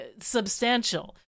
substantial